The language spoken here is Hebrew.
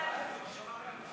ההצעה להעביר את